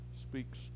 speaks